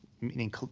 meaning